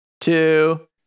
two